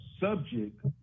subject